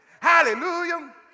hallelujah